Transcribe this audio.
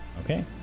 Okay